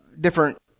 different